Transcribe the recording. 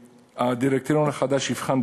הדירקטוריון החדש יבחן,